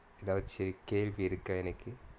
எதாவச்சு கேள்வி இருக்கா எனக்கு:ethaavachu kaelvi irukkaa enakku